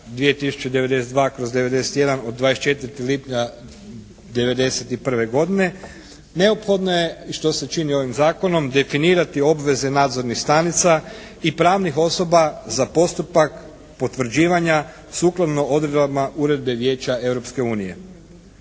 2092/91 od 24. lipnja 91. godine neophodna je i što se čini ovim zakonom definirati obveze nadzornih stanica i pravnih osoba za postupak potvrđivanja sukladno odredbama uredbe Vijeća